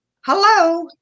Hello